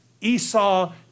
Esau